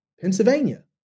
Pennsylvania